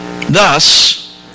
Thus